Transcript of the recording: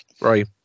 right